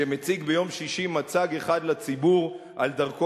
שמציג ביום שישי מצג אחד לציבור על דרכו